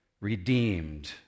redeemed